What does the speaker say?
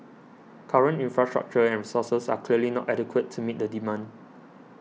current infrastructure and resources are clearly not adequate to meet the demand